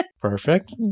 Perfect